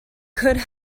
could